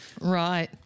Right